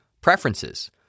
preferences